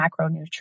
macronutrients